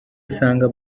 usanga